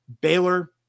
Baylor